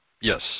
Yes